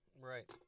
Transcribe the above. Right